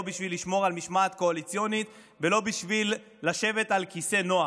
לא בשביל לשמור על משמעת קואליציונית ולא בשביל לשבת על כיסא נוח.